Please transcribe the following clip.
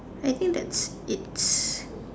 I think that's it